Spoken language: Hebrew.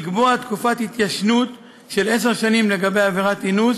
לקבוע תקופת התיישנות של עשר שנים לגבי עבירת אינוס